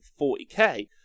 40k